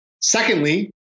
Secondly